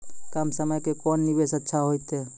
कम समय के कोंन निवेश अच्छा होइतै?